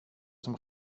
som